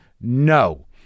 No